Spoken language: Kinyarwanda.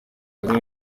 kanye